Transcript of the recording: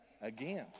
again